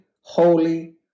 holy